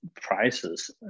prices